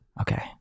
Okay